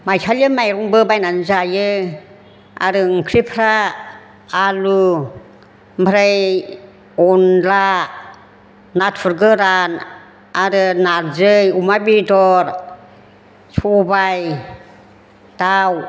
माइसालि माइरंबो बायनानै जायो आरो ओंख्रिफ्रा आलु ओमफ्राय अनद्ला नाथुर गोरान आरो नारजि अमा बेदर सबाइ दाउ